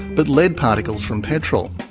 but lead particles from petrol.